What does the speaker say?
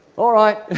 alright.